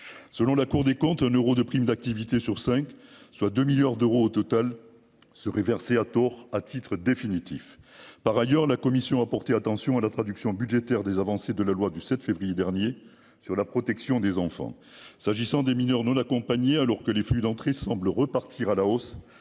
selon la Cour des comptes en euros de prime d'activité sur 5, soit 2 milliards d'euros au total seraient versés à tort à titre définitif, par ailleurs, la commission a porté attention à la traduction budgétaire des avancées de la loi du 7 février dernier sur la protection des enfants, s'agissant des mineurs non accompagnés, alors que les flux d'entrée semble repartir à la hausse,